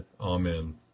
Amen